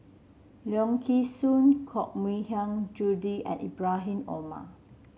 Leong Kee Soo Koh Mui Hiang Julie and Ibrahim Omar